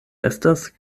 estas